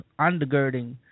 undergirding